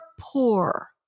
poor